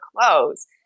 clothes